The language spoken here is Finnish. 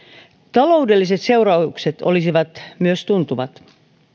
taloudelliset seuraukset olisivat myös tuntuvat